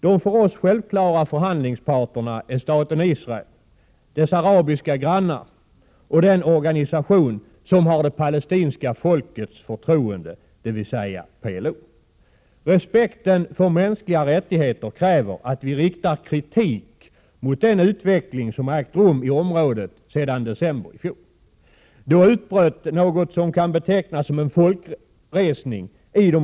De för oss självklara förhandlingsparterna är staten Israel, dess arabiska grannar och den organisation som har det palestinska folkets förtroende, dvs. PLO. Respekten för mänskliga rättigheter kräver att vi riktar kritik mot den utveckling som har ägt rum i området sedan i december i fjol. Då utbröt i de ockuperade områdena något som kan betecknas som en folkresning.